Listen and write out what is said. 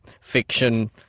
fiction